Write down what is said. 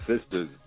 sisters